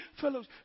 fellows